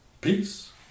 Peace